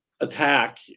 attack